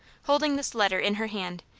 holding this letter in her hand,